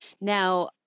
Now